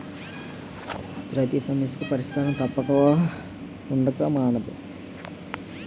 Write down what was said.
పతి సమస్యకు పరిష్కారం తప్పక ఉండక మానదు